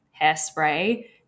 hairspray